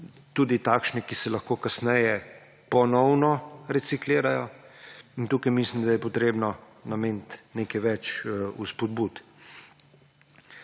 tudi takšne, ki se lahko kasneje ponovno reciklirajo. Tukaj mislim, da je potrebno nameniti nekaj več spodbud.